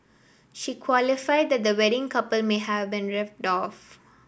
she qualified that the wedding couple may have been ripped off